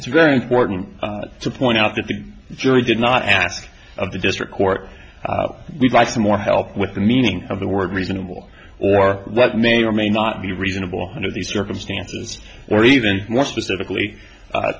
it's very important to point out that the jury did not ask of the district court we buy some more help with the meaning of the word reasonable or what may or may not be reasonable under these circumstances or even more specifically